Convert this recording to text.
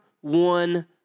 one